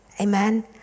Amen